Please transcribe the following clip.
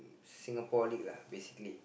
Singapore league lah basically